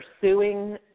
pursuing